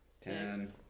Ten